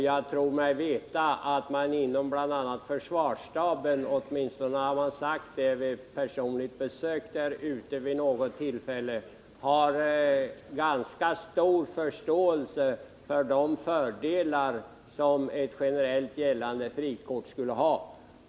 Jag tror mig veta att man inom försvarsstaben — åtminstone har man sagt mig det vid personligt besök där vid något tillfälle — har ganska stor förståelse för de fördelar som ett generellt gällande frikort skulle ha.